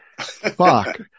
Fuck